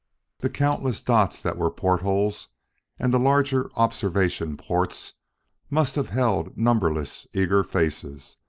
the countless dots that were portholes and the larger observation ports must have held numberless eager faces,